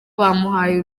bamuhaye